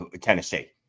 tennessee